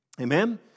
Amen